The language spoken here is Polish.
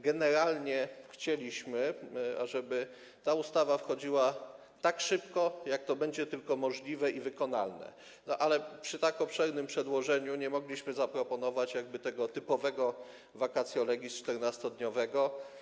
Generalnie chcieliśmy, ażeby ta ustawa wchodziła tak szybko, jak to będzie tylko możliwe i wykonalne, ale przy tak obszernym przedłożeniu nie mogliśmy zaproponować tego typowego vacatio legis 14-dniowego.